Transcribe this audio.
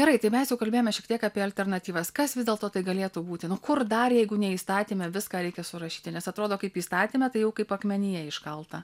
gerai tai mes jau kalbėjome šiek tiek apie alternatyvas kas vis dėlto tai galėtų būti nu kur dar jeigu ne įstatyme viską reikia surašyti nes atrodo kaip įstatyme tai jau kaip akmenyje iškalta